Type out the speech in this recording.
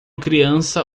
criança